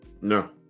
No